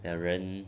的人